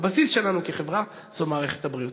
הבסיס שלנו כחברה הוא מערכת הבריאות.